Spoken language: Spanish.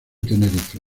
tenerife